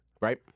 Right